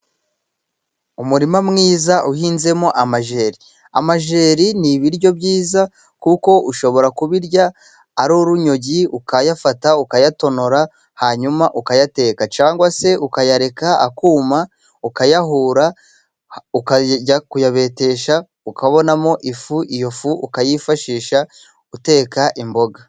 Umurima mwiza uhinzemo amajeri. Amajeri ni ibiryo byiza kuko ushobora kubirya ari urunyogi, ukayafata ukayatonora hanyuma ukayateka, cyangwa se ukayareka akuma ukayahura ukajya kuyabetesha ukabonamo ifu. Iyo fu ukayifashisha uteka imboga.